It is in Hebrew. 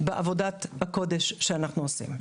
בעבודת הקודש שאנחנו עושים.